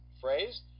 phrase